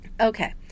okay